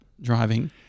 driving